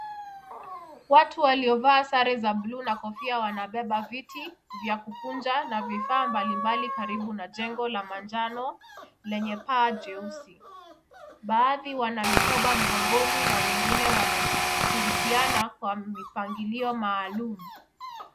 Watu waliovaa sare za blue na kofia wanabeba viti vya kukunja na vifaa mbali mbali karibu na jengo la manjano lenye paa jeusi. Baadhi wana mikoba mgongoni na wengine wanashirikiana kwa mipangilio maalum.